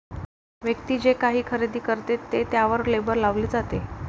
व्यक्ती जे काही खरेदी करते ते त्यावर लेबल लावले जाते